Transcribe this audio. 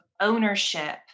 ownership